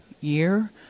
year